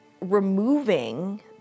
removing